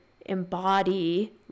embody